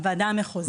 הוועדה המחוזית.